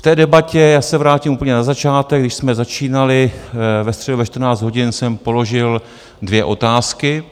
V té debatě, já se vrátím úplně na začátek, když jsme začínali ve středu ve 14 hodin, jsem položil dvě otázky.